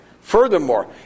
furthermore